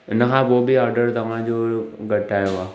हिन खां पोइ बि ऑडर तव्हांजो इहो घटि आहियो आहे